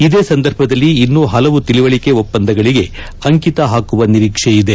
ಇದೇ ಸಂದರ್ಭದಲ್ಲಿ ಇನ್ನೂ ಹಲವು ತಿಳಿವಳಿಕೆ ಒಪ್ಪಂದಗಳಿಗೆ ಅಂಕಿತ ಹಾಕುವ ನಿರೀಕ್ಷೆ ಇದೆ